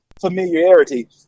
familiarity